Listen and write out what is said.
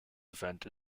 event